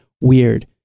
weird